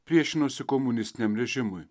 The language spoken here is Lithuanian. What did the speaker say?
priešinosi komunistiniam režimui